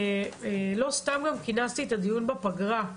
לא סתם גם כינסתי את הדיון בפגרה.